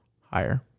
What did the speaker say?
higher